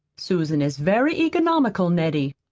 susan is very economical, nettie.